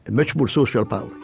much more social power.